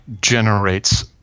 generates